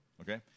Okay